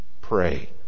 pray